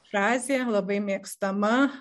frazė labai mėgstama